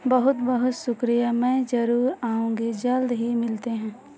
बहुत बहुत शुक्रिया मैं ज़रुर आऊँगी जल्द ही मिलते हैं